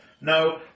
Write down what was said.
No